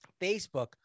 Facebook